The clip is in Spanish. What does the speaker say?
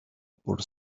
por